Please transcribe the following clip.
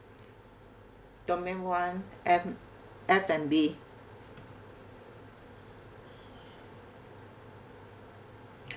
domain one M F&B